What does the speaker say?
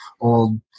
old